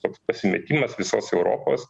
toks pasimetimas visos europos